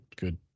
good